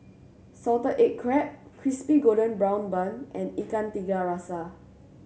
salted egg crab Crispy Golden Brown Bun and Ikan Tiga Rasa